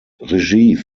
regie